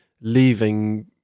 leaving